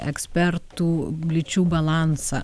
ekspertų lyčių balansą